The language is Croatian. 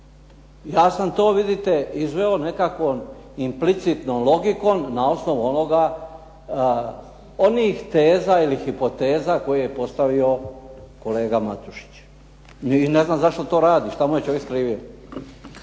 Ja sam to vidite izveo nekako implicitnom logikom na osnovu onoga, onih teza ili hipoteza koje je postavio kolega Matušić. I ne znam zašto to radi, šta mu je čovjek skrivio.